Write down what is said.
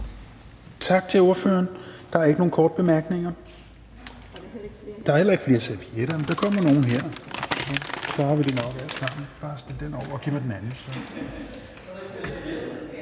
Tak til ordføreren. Der er ikke nogen korte bemærkninger. Der er heller ikke flere servietter, men der kommer nogle her, og så klarer vi det nok alt sammen. Vi har masser af